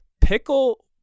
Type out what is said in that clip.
Pickle